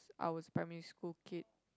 I was primary school kid